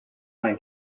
main